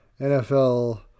NFL